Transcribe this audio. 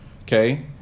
Okay